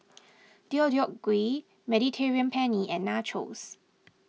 Deodeok Gui Mediterranean Penne and Nachos